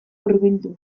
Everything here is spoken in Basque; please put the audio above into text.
hurbildu